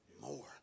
More